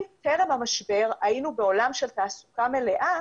אם טרם המשבר היינו בעולם של תעסוקה מלאה